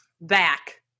back